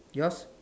yours